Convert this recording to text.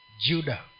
Judah